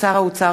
התשע"ד 2013,